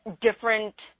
different